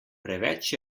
preveč